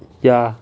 ya